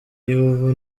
y’ubu